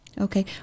Okay